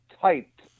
typed